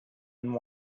and